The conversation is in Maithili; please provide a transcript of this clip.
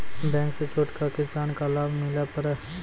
बैंक से छूट का किसान का लाभ मिला पर?